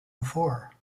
before